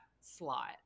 slot